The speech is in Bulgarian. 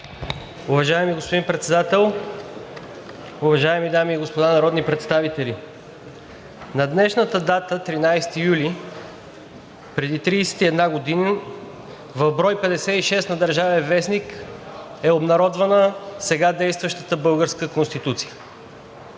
Уважаеми господин Председател, уважаеми дами и господа народни представители! На днешната дата, 13 юли, преди 31 години в брой 56 на „Държавен вестник“ е обнародвана сега действащата българска Конституция.